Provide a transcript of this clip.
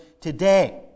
today